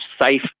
safe